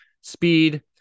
Speed